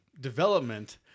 development